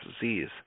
disease